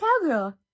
cowgirl